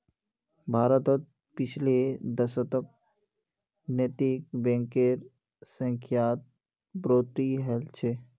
भारतत पिछले दशकत नैतिक बैंकेर संख्यात बढ़ोतरी हल छ